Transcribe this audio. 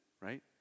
Right